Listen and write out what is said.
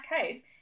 case